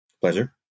pleasure